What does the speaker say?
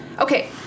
Okay